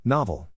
Novel